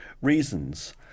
reasons